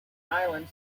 island